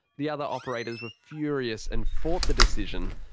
the other operators were furious, and fought the decision,